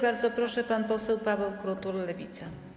Bardzo proszę, pan poseł Paweł Krutul, Lewica.